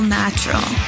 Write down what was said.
natural